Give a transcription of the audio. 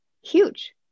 huge